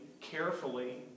carefully